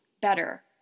better